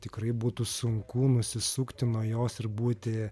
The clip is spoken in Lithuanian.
tikrai būtų sunku nusisukti nuo jos ir būti